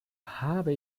habe